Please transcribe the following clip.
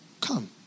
come